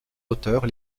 auteurs